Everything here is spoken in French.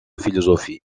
philosophie